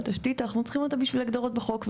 תשתית אנחנו צריכים אותה בשביל הגדרות בחוק.